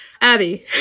Abby